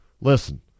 Listen